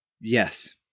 Yes